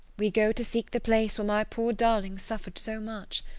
we go to seek the place where my poor darling suffered so much.